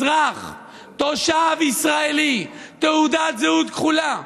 אזרח, תושב ישראלי, תעודת זהות כחולה.